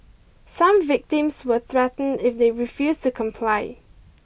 some victims were threatened if they refused to comply